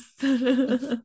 Yes